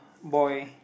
boy